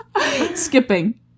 skipping